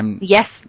Yes